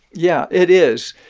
yeah, it is.